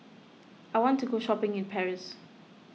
I want to go shopping in Paris